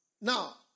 Now